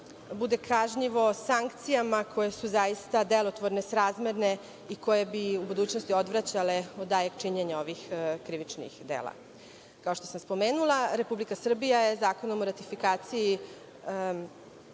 bude kažnjivo sankcijama koje su delotvorno srazmere i koje bi u budućnosti odvraćale od daljeg činjenja ovih krivičnih dela. Kao što sam spomenula Republika Srbija je Zakonom o ratifikaciji